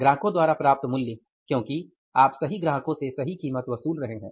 ग्राहकों द्वारा प्राप्त मूल्य क्योंकि आप सही ग्राहकों से सही कीमत वसूल रहे हैं